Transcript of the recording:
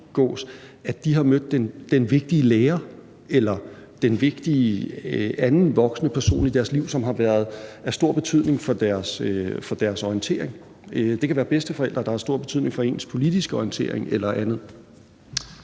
at man har mødt den vigtige lærer eller den vigtige anden voksne person i sit liv, som har været af stor betydning for deres orientering. Det kan være bedsteforældre, der har haft stor betydning for ens politiske orientering eller andet.